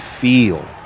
feel